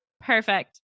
Perfect